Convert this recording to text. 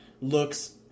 looks